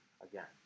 again